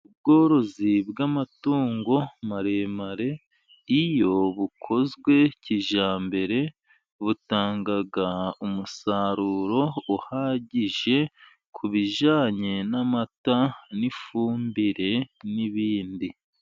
Ubworozi bw'amatungo maremare iyo bukozwe kijyambere, butanga umusaruro uhagije ku bijyanye n'amata n'ifumbire n'ibindi.